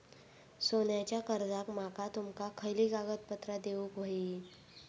सोन्याच्या कर्जाक माका तुमका खयली कागदपत्रा देऊक व्हयी?